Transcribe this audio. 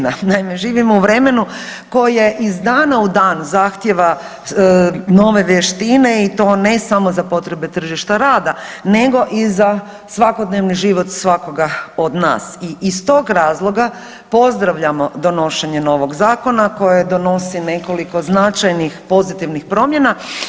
Naime, živimo u vremenu koje iz dana u dan zahtijeva nove vještine i to ne samo za potrebe tržišta rada nego i za svakodnevni život svakoga od nas i iz tog razloga pozdravljamo donošenje novog zakona koje donosi nekoliko značajnih pozitivnih promjena.